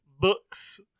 books